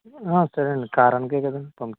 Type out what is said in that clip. సరే అండి కారానికే కాదండి పంపుతాము